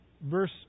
verse